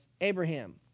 Abraham